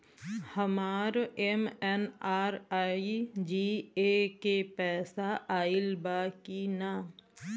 हमार एम.एन.आर.ई.जी.ए के पैसा आइल बा कि ना?